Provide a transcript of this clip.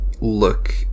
look